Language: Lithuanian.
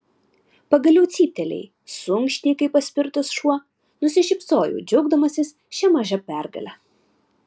pagaliau cyptelėjai suunkštei kaip paspirtas šuo nusišypsojau džiaugdamasis šia maža pergale